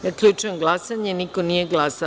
Zaključujem glasanje: niko nije glasao.